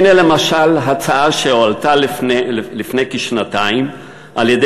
והנה למשל הצעה שהועלתה לפני כשנתיים על-ידי